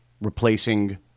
replacing